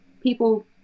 people